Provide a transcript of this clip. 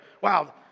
wow